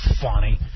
funny